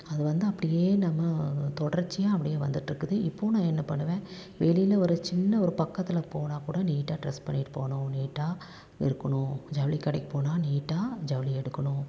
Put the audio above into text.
அது வந்து அப்படியே நம்ம தொடர்ச்சியாக அப்படியே வந்துட்டுருக்குது இப்போவும் நான் பண்ணுவேன் வெளியில் ஒரு சின்ன ஒரு பக்கத்தில் போனால் கூட நீட்டாக ட்ரெஸ் பண்ணிகிட்டு போகணும் நீட்டாக இருக்கணும் ஜவுளி கடைக்கு போனால் நீட்டாக ஜவுளி எடுக்கணும்